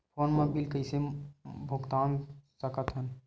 Phone मा bill कइसे भुक्तान साकत हन?